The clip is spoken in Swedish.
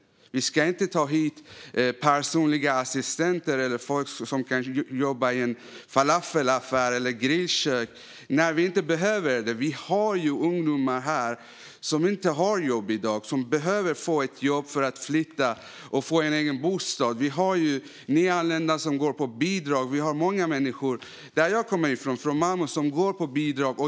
Vi ska inte ta hit personliga assistenter eller folk som kan jobba i en falafelaffär eller ett grillkök när vi inte behöver det. Vi har ju ungdomar här som inte har jobb i dag och som behöver få ett jobb för att kunna flytta och få en egen bostad. Vi har nyanlända som går på bidrag. Vi har många människor i Malmö, där jag kommer ifrån, som går på bidrag.